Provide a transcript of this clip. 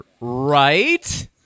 Right